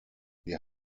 wir